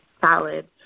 salad